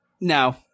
No